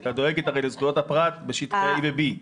היא הייתה דואגת לזכויות הפרט בשטחי A ו-B.